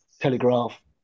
Telegraph